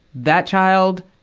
that child,